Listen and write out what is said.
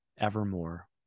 evermore